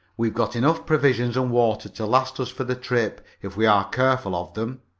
we've got enough provisions and water to last us for the trip if we are careful of them.